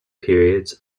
periods